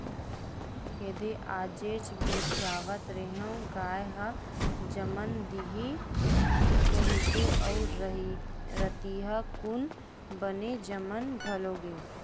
एदे आजेच गोठियावत रेहेंव गाय ह जमन दिही कहिकी अउ रतिहा कुन बने जमन घलो गे